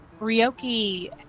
Ryoki